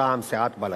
מטעם סיעת בל"ד: